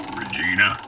Regina